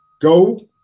go